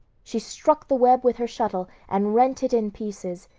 she struck the web with her shuttle and rent it in pieces,